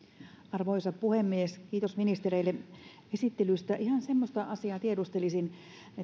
arvoisa puhemies kiitos ministereille esittelystä ihan semmoista asiaa tiedustelisin